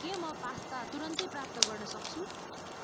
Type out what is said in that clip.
के म पास्ता तुरुन्तै प्राप्त गर्नसक्छु